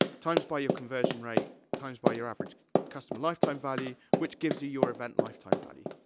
times by your conversion rate, times by your average customer lifetime value, which gives you your event lifetime value.